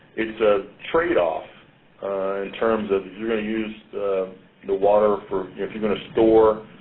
it's a trade off in terms of you're going to use the water for if you're going to store,